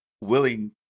willing